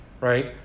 right